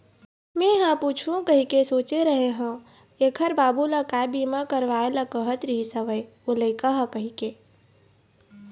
मेंहा पूछहूँ कहिके सोचे रेहे हव ऐखर बाबू ल काय बीमा करवाय ल कहत रिहिस हवय ओ लइका ह कहिके